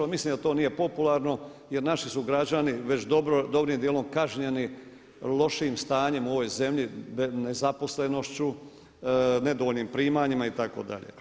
Mislim da to nije popularno jer naši su građani već dobrim djelom kažnjeni lošim stanjem u ovoj zemlji nezaposlenošću, nedovoljnim primanjima itd.